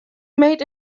made